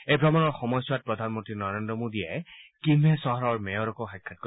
এই ভ্ৰমণৰ সময়ছোৱাত প্ৰধানমন্ত্ৰী নৰেন্দ্ৰ মোদীয়ে কিম্হে চহৰৰ মেয়ৰকো সাক্ষাৎ কৰিব